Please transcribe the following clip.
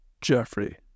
Jeffrey